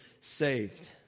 saved